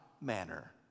manner